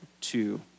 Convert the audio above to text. two